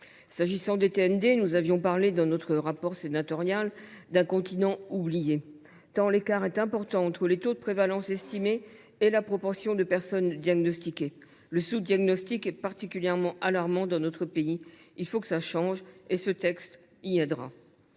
S’agissant des TND, nous avions parlé dans notre rapport d’information d’un « continent oublié », tant l’écart est important entre les taux de prévalence estimés et la proportion de personnes diagnostiquées. Le sous diagnostic est particulièrement alarmant dans notre pays ; il faut que cela change, et ce texte y